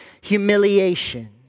humiliation